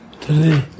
today